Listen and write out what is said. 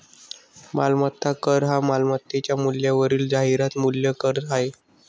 मालमत्ता कर हा मालमत्तेच्या मूल्यावरील जाहिरात मूल्य कर आहे